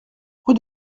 rue